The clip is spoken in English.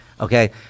okay